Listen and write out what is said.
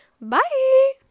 bye